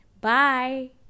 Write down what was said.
Bye